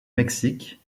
mexique